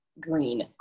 green